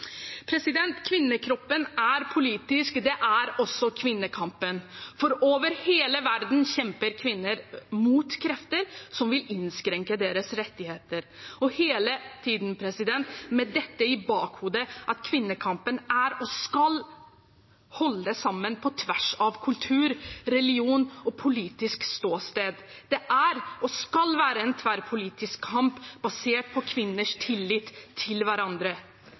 Kvinnekroppen er politisk. Det er også kvinnekampen, for over hele verden kjemper kvinner mot krefter som vil innskrenke deres rettigheter – og hele tiden med dette i bakhodet at kvinnekampen skal holde sammen på tvers av kultur, religion og politisk ståsted. Det er – og skal være – en tverrpolitisk kamp, basert på kvinners tillit til hverandre.